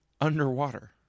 underwater